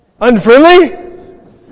unfriendly